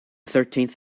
thirteenth